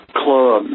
club